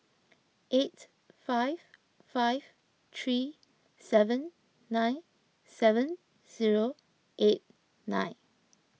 eight five five three seven nine seven zero eight nine